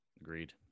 Agreed